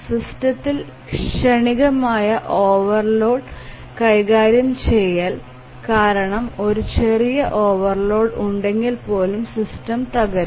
സിസ്റ്റത്തിൽ ക്ഷണികമായ ഓവർലോഡ് കൈകാര്യം ചെയ്യൽ കാരണം ഒരു ചെറിയ ഓവർലോഡ് ഉണ്ടെങ്കിൽ പോലും സിസ്റ്റം തകരും